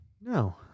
No